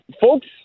folks